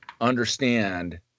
understand